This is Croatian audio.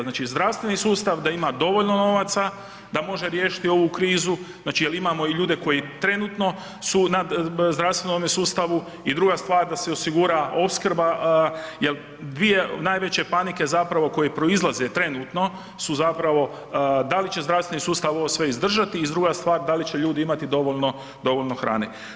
Znači, zdravstveni sustav da ima dovoljno novaca da može riješiti ovu krizu, znači jel imamo i ljude koji trenutno su na zdravstvenome sustavu i druga stvar da se osigura opskrba jel dvije najveće panike zapravo koje proizlaze trenutno su zapravo da li će zdravstveni sustav ovo sve izdržati i druga stvar da li će ljudi imati dovoljno, dovoljno hrane.